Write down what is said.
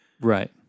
Right